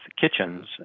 kitchens